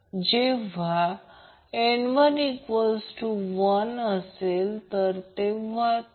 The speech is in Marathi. त्याचप्रमाणे मी सांगितले की mod XL XC r असेल कारण विषयाची अगदी सुरवात करताना सांगितले आहे की ω1 त्या कर्वच्या डाव्या बाजूला आहे